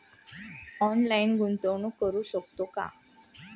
Online गुंतवणूक करू शकतो का?